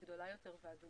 היא גדולה יותר ואדומה.